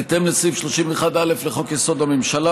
בהתאם לסעיף 31(א) לחוק-יסוד: הממשלה,